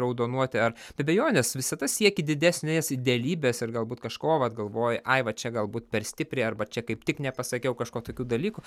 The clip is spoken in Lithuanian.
raudonuoti ar abejonės visada sieki didesnės idealybės ir galbūt kažko vat galvoji ai va čia galbūt per stipriai arba čia kaip tik nepasakiau kažko tokių dalykų